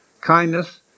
kindness